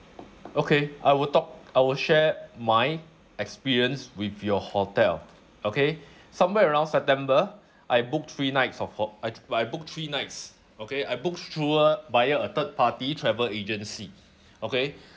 okay I will talk I will share my experience with your hotel okay somewhere around september I booked three nights of ho~ I'd I booked three nights okay I booked through uh via a third party travel agency okay